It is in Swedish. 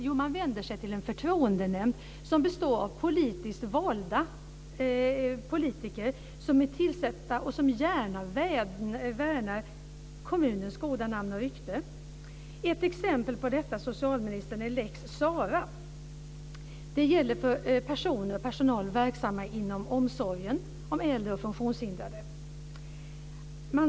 Jo, man vänder sig till en förtroendenämnd som består av politiskt tillsatta, som gärna värnar kommunens goda namn och rykte. Ett exempel på detta är lex Sarah. Den gäller personer och personal verksamma inom omsorgen om äldre och funktionshindrade.